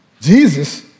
Jesus